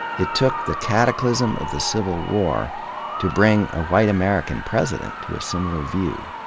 it took the cataclysm of the civil war to bring a white american president to a similar view.